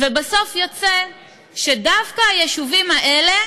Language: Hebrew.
בסוף יוצא שדווקא היישובים האלה